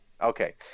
Okay